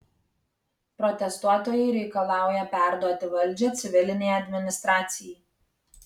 protestuotojai reikalauja perduoti valdžią civilinei administracijai